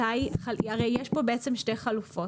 למעשה יש כאן שתי חלופות: